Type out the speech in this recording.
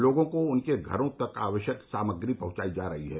लोगों को उनके घरों तक आवश्यक सामग्री पहुंचाई जा रही है